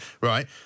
right